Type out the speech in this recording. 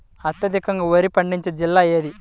అత్యధికంగా వరి పండించే జిల్లా ఏది?